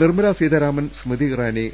Nirmala Sitharaman Smriti Irani